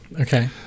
Okay